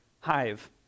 Hive